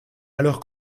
valeur